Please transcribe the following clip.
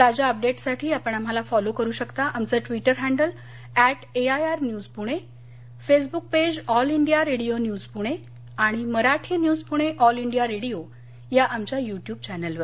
ताज्या अपडेट्ससाठी आपण आम्हाला फॉलो करु शकता आमचं Twitter handle at AIR news Pune Facebook page All India Radio news Pune आणि Marathi news Pune All India Radio या आमच्या युट्यब चॅनेलवर